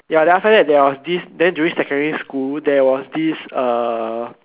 ya then after that there was this then during secondary school there was this uh